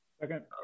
second